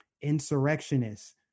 insurrectionists